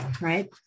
Right